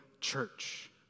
church